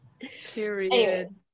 period